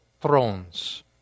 thrones